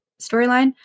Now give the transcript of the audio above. storyline